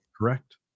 Correct